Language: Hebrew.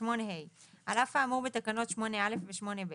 8ה. על אף האמור בתקנות 8א ו-8ב,